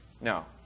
No